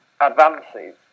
advances